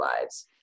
lives